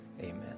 amen